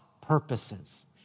purposes